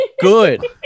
good